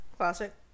Classic